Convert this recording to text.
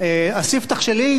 כבר לנזוף בחברי כנסת,